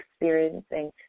experiencing